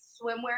swimwear